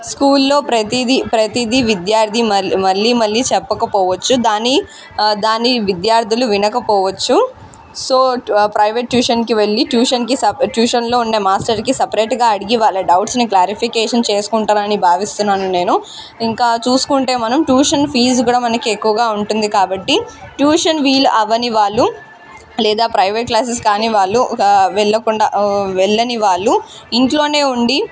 స్కూల్లో ప్రతిది ప్రతిది విద్యార్థి మళ్ళీ మళ్ళీ చెప్పకపోవచ్చు దాని దాన్ని విద్యార్థులు వినకపోవచ్చు సో ప్రైవేట్ ట్యూషన్కి వెళ్ళి ట్యూషన్కి సప ట్యూషన్లో ఉండే మాస్టర్కి సపరేట్గా అడిగి వాళ్ళ డౌట్స్ని క్లారిఫికేషన్ చేసుకుంటారని భావిస్తున్నాను నేను ఇంకా చూసుకుంటే మనం ట్యూషన్ ఫీజ్ కూడా మనకి ఎక్కువగా ఉంటుంది కాబట్టి ట్యూషన్ వీలు అవ్వని వాళ్ళు లేదా ప్రైవేట్ క్లాసెస్ కానీ వాళ్ళు ఒక వెళ్ళకుండా వెళ్ళని వాళ్ళు ఇంట్లో ఉండి